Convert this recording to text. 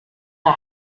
der